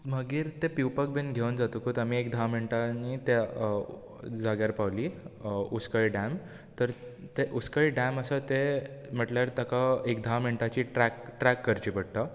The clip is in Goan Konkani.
मागीर तें पिवपाक बी किदें घेवन जातकूच आमी एक धा मिण्टांनी त्या जाग्यार पावलीं उस्कय डेम तर तें उस्कय डेम आसा तें म्हटल्यार तेका एक धा मिण्टांची ट्रेक ट्रेक करची पडटा